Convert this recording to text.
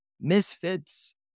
Misfits